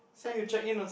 Sunday